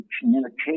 communication